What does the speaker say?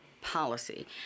policy